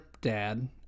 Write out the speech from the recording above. dad